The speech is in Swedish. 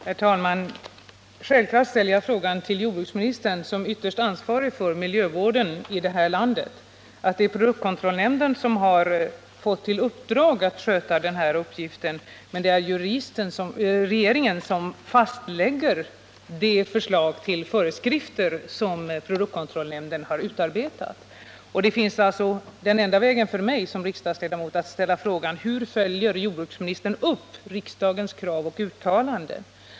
Herr talman! Självfallet ställer jag frågorna till jordbruksministern som ytterst ansvarig för miljövården i det här landet. Det är produktkontrollnämnden som har fått i uppdrag att sköta denna uppgift, men det är regeringen som fastlägger det förslag till föreskrifter som produktkontrollnämnden har utarbetat. Den enda vägen för mig som riksdagsledamot är att ställa frågan: Hur följer jordbruksministern upp riksdagens krav och uttalande?